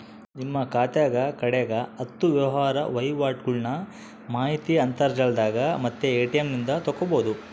ನಿಮ್ಮ ಖಾತೆಗ ಕಡೆಗ ಹತ್ತು ವ್ಯವಹಾರ ವಹಿವಾಟುಗಳ್ನ ಮಾಹಿತಿ ಅಂತರ್ಜಾಲದಾಗ ಮತ್ತೆ ಎ.ಟಿ.ಎಂ ನಿಂದ ತಕ್ಕಬೊದು